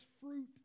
fruit